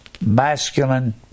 masculine